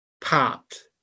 popped